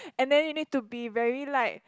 and then you need to be very like